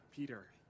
Peter